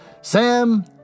Sam